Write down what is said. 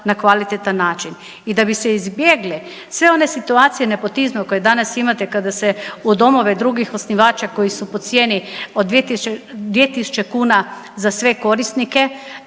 na kvalitetan način. I da bi se izbjegle sve one situacije nepotizma koje danas imate kada se u domove drugih osnivača koji su po cijeni od 2.000 kuna za sve korisnike,